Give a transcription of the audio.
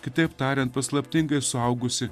kitaip tariant paslaptingai suaugusi